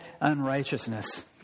unrighteousness